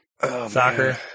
soccer